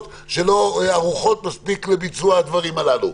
שלא ערוכות מספיק לביצוע הדברים האלה.